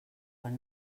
quan